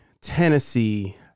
Tennessee